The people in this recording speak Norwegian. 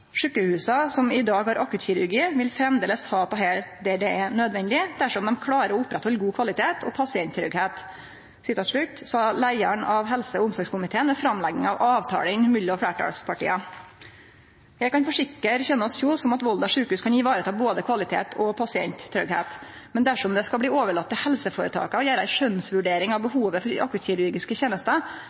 sjukehusa som har nedbyggingsspøkjelset over seg. «Sykehusene som i dag har akuttkirurgiske tilbud, vil fortsatt ha dette der det er nødvendig, og hvis de klarer å opprettholde god kvalitet og pasientsikkerhet.» Det sa leiaren av helse- og omsorgskomiteen ved framlegginga av avtalen mellom fleirtalspartia. Eg kan forsikre Kjønaas Kjos om at Volda sjukehus kan vareta både kvalitet og pasienttryggleik. Men dersom det skal bli overlate til helseføretaka å gjere ei skjønsvurdering av behovet for akuttkirurgiske